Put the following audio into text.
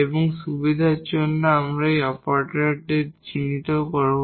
এবং সুবিধার জন্য এই অপারেটরদের চিহ্নিত করব